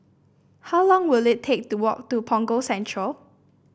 how long will it take to walk to Punggol Central